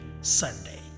Sunday